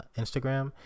instagram